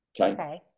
Okay